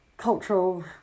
cultural